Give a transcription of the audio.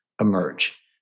emerge